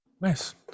Nice